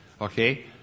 okay